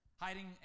Hiding